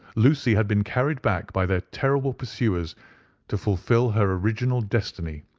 lucy had been carried back by their terrible pursuers to fulfil her original destiny,